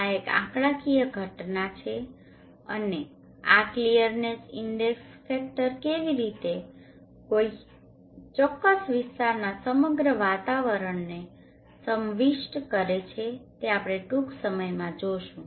આ એક આંકડાકીય ઘટના છે અને આ ક્લીયરનેસ ઇન્ડેક્સ ફેક્ટર કેવી રીતે કોઈ ચોક્કસ વિસ્તારના સમગ્ર વાતાવરણને સમાવિષ્ટ કરે છે તે આપણે ટૂંક સમયમાં જોશું